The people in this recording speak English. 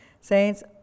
Saints